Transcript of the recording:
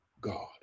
God